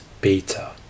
beta